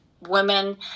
women